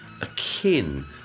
akin